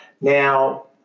Now